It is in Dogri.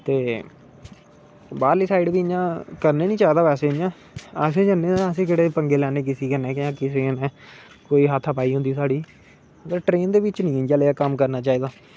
ते बाहरली साइड बी इयां करना नेई चाहिदा बैसे आसें जन्ने आं ते अस केह्ड़े पंगे लैन्ने किसे कन्नै केहड़ी हत्था पाई होंदी किसे कन्नै साढ़ी पर ट्रेन दे बिच नेईं इयै जेहा कम्म करना चाहिदा